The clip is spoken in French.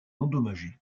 endommagée